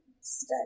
study